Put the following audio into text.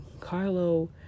carlo